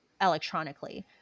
electronically